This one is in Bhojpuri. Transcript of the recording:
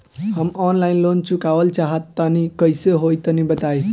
हम आनलाइन लोन चुकावल चाहऽ तनि कइसे होई तनि बताई?